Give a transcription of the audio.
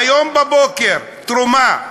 היום בבוקר: תרומה,